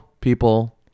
people